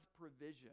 provision